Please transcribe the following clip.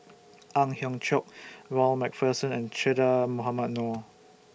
Ang Hiong Chiok Ronald MacPherson and Che Dah Mohamed Noor